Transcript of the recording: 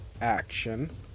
action